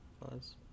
Pause